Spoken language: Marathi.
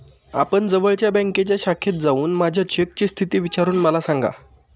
आपण जवळच्या बँकेच्या शाखेत जाऊन माझ्या चेकची स्थिती विचारून मला सांगा